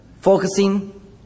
focusing